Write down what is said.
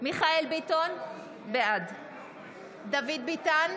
מיכאל מרדכי ביטון, בעד דוד ביטן,